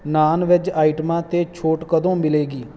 naan veg ਆਈਟਮਾਂ 'ਤੇ ਛੋਟ ਕਦੋਂ ਮਿਲੇਗੀ